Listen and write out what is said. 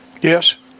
Yes